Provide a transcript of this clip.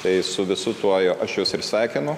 tai su visu tuo aš jus ir sveikinu